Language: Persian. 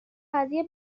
قضیه